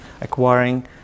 acquiring